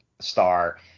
star